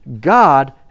God